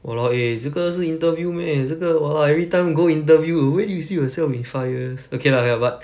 !walao! eh 这个是 interview meh 很像那个 !walao! everytime go interview where do you see yourself in five years okay lah but